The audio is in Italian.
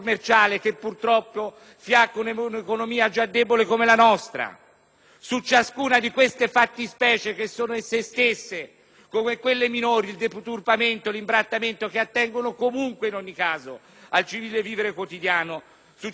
Su ciascuna di queste fattispecie, come quelle minori (il deturpamento, l'imbrattamento, che attengono comunque in ogni caso al civile vivere quotidiano), abbiamo previsto norme specifiche